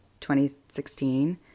2016